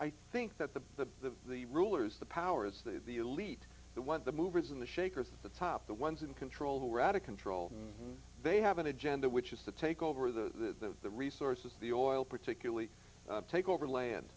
i think that the the rulers the powers the elite the ones the movers in the shakers at the top the ones in control who are out of control they have an agenda which is to take over the the resources the oil particularly take over land